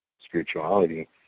spirituality